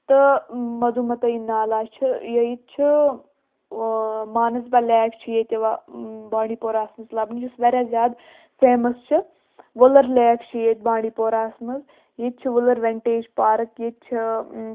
تہٕ مدومتَے نالا چھُ ییٚتہِ چھِ مانَسبَل لیک چھِ ییٚتہِ یِوان بانڈی پوراہَس منٛز لَبنہٕ یُس واریاہ زیادٕ فیمَس چھِ وُلٕر لیک چھِ ییٚتہِ بانڈی پوراہَس منٛز ییٚتہِ چھِ وُلٕر وٮ۪نٹیج پارک ییٚتہِ چھِ